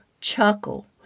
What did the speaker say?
chuckle